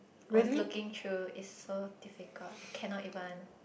was looking through it's so difficult I cannot even